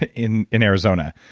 in in arizona.